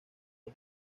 dos